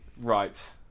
Right